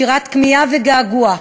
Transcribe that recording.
שירת כמיהה וגעגוע,